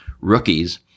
rookies